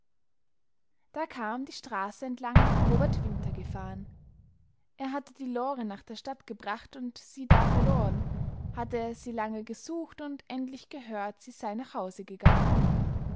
da kam die straße entlang robert winter gefahren er hatte die lore nach der stadt gebracht und sie da verloren hatte sie lange gesucht und endlich gehört sie sei nach hause gegangen